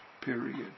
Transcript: period